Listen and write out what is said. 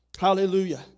Hallelujah